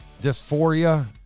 dysphoria